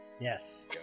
Yes